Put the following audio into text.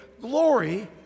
glory